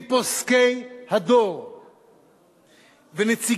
עם פוסקי הדור ונציגיהם,